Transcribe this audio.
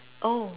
oh